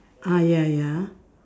ah ya ya